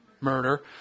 Murder